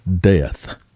death